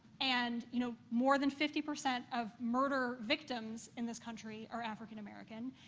and, you know, more than fifty percent of murder victims in this country are african american.